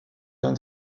l’un